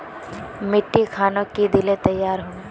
मिट्टी खानोक की दिले तैयार होने?